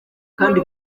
kandi